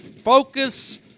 focus